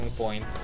point